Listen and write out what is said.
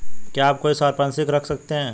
क्या आप कोई संपार्श्विक रख सकते हैं?